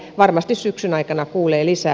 varmasti syksyn aikana kuulee lisää